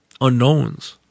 unknowns